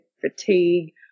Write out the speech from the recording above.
fatigue